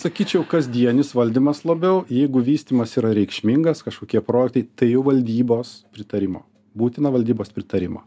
sakyčiau kasdienis valdymas labiau jeigu vystymas yra reikšmingas kažkokie projektai tai jau valdybos pritarimo būtina valdybos pritarimo